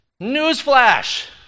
Newsflash